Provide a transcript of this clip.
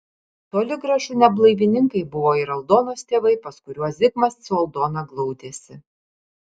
toli gražu ne blaivininkai buvo ir aldonos tėvai pas kuriuos zigmas su aldona glaudėsi